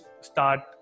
start